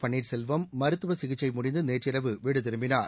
பன்னீா்செல்வம் மருத்துவ சிகிச்சை முடிந்து நேற்றிரவு வீடு திரும்பினார்